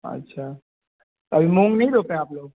अच्छा अभी मूँग नहीं रोपे हैं आप लोग